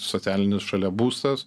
socialinis šalia būstas